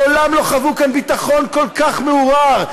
מעולם לא חוו כאן ביטחון כל כך מעורער,